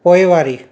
पोइवारी